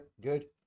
good